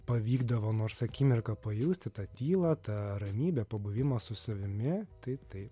pavykdavo nors akimirką pajusti tą tylą tą ramybę pabuvimą su savimi tai taip